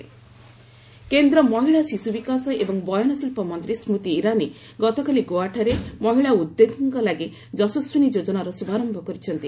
Yashaswini scheme Goa କେନ୍ଦ୍ର ମହିଳା ଶିଶୁ ବିକାଶ ଏବଂ ବୟନଶିଳ୍ପ ମନ୍ତ୍ରୀ ସ୍କୃତି ଇରାନୀ ଗତକାଲି ଗୋଆଠାରେ ମହିଳା ଉଦ୍ୟୋଗୀଙ୍କ ଲାଗି ଯଶସ୍ୱିନୀ ଯୋଜନାର ଶୁଭାରମ୍ଭ କରିଛନ୍ତି